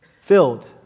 filled